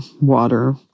water